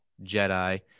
Jedi